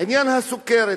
עניין הסוכרת.